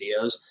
videos